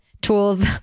Tools